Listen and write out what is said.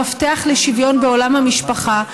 המפתח לשוויון בעולם המשפחה,